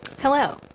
Hello